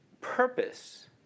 purpose